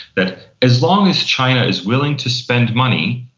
that as long as china is willing to spend money,